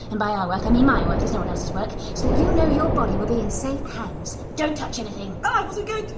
and by our work i mean my work, it's no one else's work, so that you know your body will be in safe hands. don't touch anything. i wasn't going to.